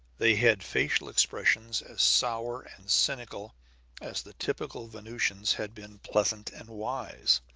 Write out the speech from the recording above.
they had facial expressions as sour and cynical as the typical venusian's had been pleasant and wise.